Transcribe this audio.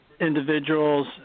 individuals